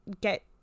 get